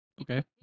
Okay